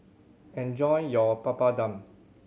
enjoy your Papadum